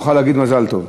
נוכל להגיד מזל טוב.